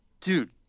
dude